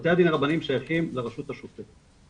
בתי הדין הרבניים שייכים לרשות השופטת.